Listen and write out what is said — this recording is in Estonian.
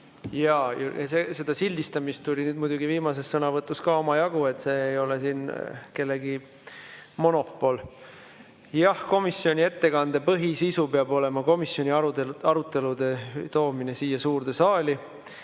Seda sildistamist tuli muidugi ka selles viimases sõnavõtus omajagu, see ei ole siin kellegi monopol. Jah, komisjoni ettekande põhisisu peab olema komisjoni arutelude toomine siia suurde saali.